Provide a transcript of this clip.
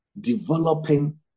developing